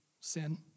sin